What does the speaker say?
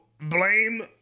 blame